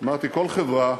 אמרתי: כל חברה